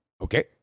Okay